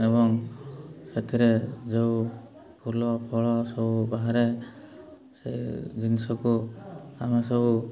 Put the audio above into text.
ଏବଂ ସେଥିରେ ଯୋଉ ଫୁଲଫଳ ସବୁ ବାହାରେ ସେ ଜିନିଷକୁ ଆମେ ସବୁ